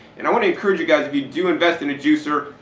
and i want to encourage you guys, if you do invest in a juicer,